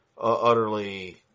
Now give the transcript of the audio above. utterly